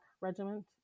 regiment